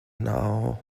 now